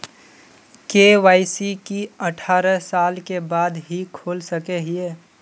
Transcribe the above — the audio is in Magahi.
के.वाई.सी की अठारह साल के बाद ही खोल सके हिये?